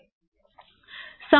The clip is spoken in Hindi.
समय कारक भी है